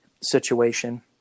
situation